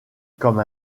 comme